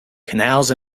canals